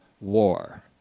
war